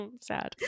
Sad